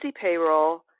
payroll